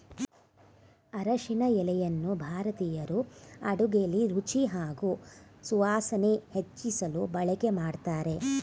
ಅರಿಶಿನ ಎಲೆಯನ್ನು ಭಾರತೀಯರು ಅಡುಗೆಲಿ ರುಚಿ ಹಾಗೂ ಸುವಾಸನೆ ಹೆಚ್ಚಿಸಲು ಬಳಕೆ ಮಾಡ್ತಾರೆ